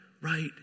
right